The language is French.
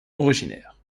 originaires